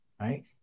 Right